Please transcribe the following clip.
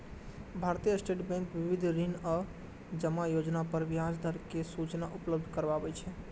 भारतीय state bank विविध ऋण आ जमा योजना पर ब्याज दर के सूचना उपलब्ध कराबै छै